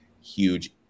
huge